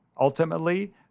Ultimately